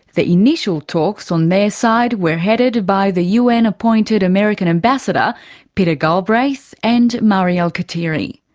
the initial talks on their side were headed by the un appointed american ambassador peter galbraith and mari alkatiri.